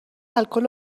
الکل